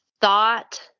thought